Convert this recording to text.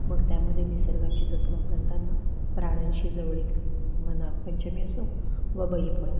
मग त्यामध्ये निसर्गाची जपणूक करताना प्राण्यांशी जवळीक मग नागपंचमी असो वा बैलपोळा